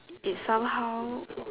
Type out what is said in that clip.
it somehow